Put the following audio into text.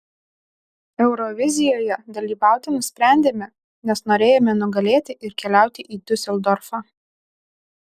eurovizijoje dalyvauti nusprendėme nes norėjome nugalėti ir keliauti į diuseldorfą